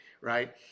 right